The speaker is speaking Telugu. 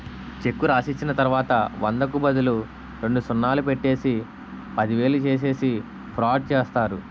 చెక్కు రాసిచ్చిన తర్వాత వందకు బదులు రెండు సున్నాలు పెట్టి పదివేలు చేసేసి ఫ్రాడ్ చేస్తారు